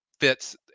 fits